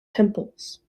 temples